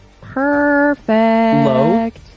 Perfect